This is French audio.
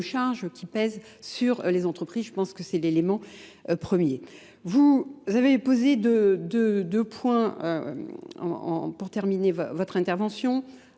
Vous avez posé deux points pour terminer votre intervention.